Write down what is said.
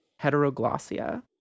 heteroglossia